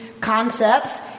concepts